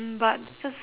but because